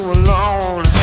alone